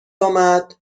آمد